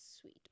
sweet